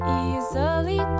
easily